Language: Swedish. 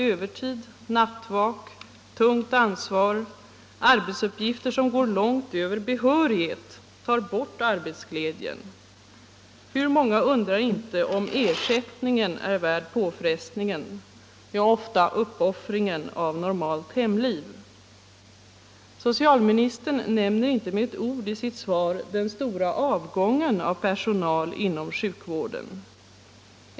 Övertid, nattvak, tungt ansvar och arbetsuppgifter som går långt över behörighet tar bort arbetsglädjen. Hur många undrar inte om ersättningen är värd påfrestningen, ja, ofta uppoffringen av normalt hemliv. Socialministern nämner inte med ett ord i sitt svar den stora avgången av personal inom sjukvården.